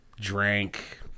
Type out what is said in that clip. drank